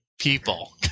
people